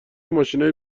ماشینای